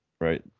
right